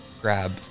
grab